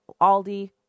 Aldi